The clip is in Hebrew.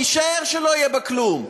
זה יישאר שלא יהיה בה כלום.